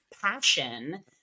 passion